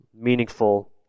meaningful